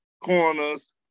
corners